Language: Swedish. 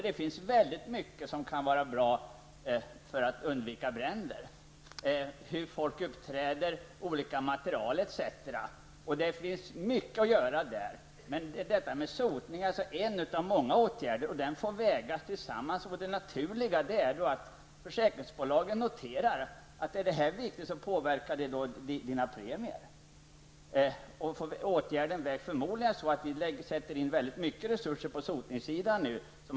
Det finns väldigt mycket som kan vara bra när det gäller att undvika bränder -- hur folk uppträder, olika material osv. Det finns mycket att göra där. Sotning är en av många åtgärder, och den får vägas mot andra. Det naturliga är att försäkringsbolagen betonar att det är viktigt med sotning och att det påverkar premierna. Det blir förmodligen så nu att vi sätter in väldigt mycket resurser på sotningssidan.